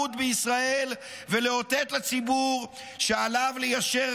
הבערות בישראל ולאותת לציבור שעליו ליישר